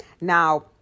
Now